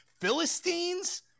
Philistines